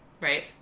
Right